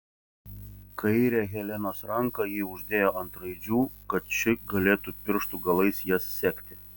kairę helenos ranką ji uždėjo ant raidžių kad ši galėtų pirštų galais jas sekti